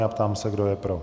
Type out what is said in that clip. Ptám se, kdo je pro.